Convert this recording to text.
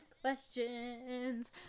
questions